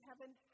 heaven